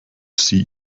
sie